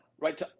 Right